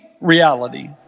reality